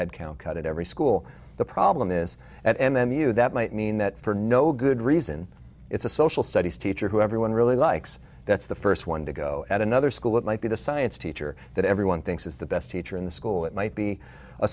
headcount cut at every school the problem is at m m u that might mean that for no good reason it's a social studies teacher who everyone really likes that's the first one to go at another school it might be the science teacher that everyone thinks is the best teacher in the school it might be a